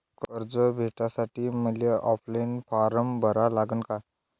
कर्ज भेटासाठी मले ऑफलाईन फारम भरा लागन का?